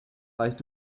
weißt